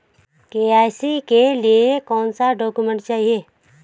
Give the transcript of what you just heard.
KYC के लिए कौनसे डॉक्यूमेंट चाहिये?